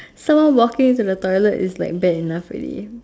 someone walking into the toilet is like bad enough already